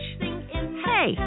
Hey